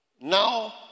Now